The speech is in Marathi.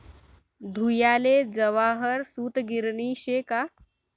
धुयाले जवाहर सूतगिरणी शे का